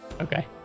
Okay